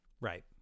Right